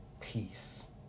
peace